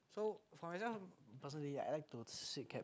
so for example personally I like to sit cab